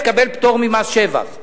תקבל פטור ממס שבח,